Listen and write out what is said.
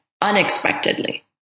unexpectedly